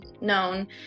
known